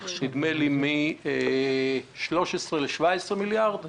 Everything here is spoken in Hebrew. נדמה לי מ-13 ל-17 מיליארד שקלים.